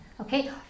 Okay